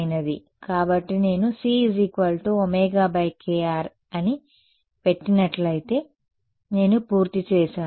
కాబట్టి నేను c ωkr అని పెట్టినట్లయితే నేను పూర్తి చేసాను